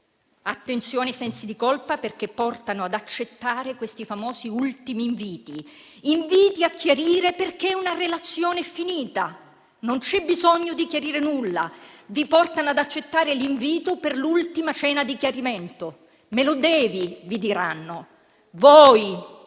Attenzione a questi sensi di colpa, perché portano ad accettare questi famosi ultimi inviti: inviti a chiarire perché una relazione è finita. Non c'è bisogno di chiarire nulla. Vi portano ad accettare l'invito per l'ultima cena di chiarimento. Me lo devi, vi diranno. Voi,